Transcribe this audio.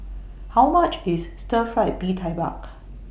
How much IS Stir Fried Mee Tai Mak